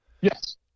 Yes